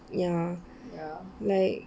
ya like